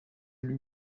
lui